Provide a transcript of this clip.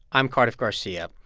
i'm cardiff garcia.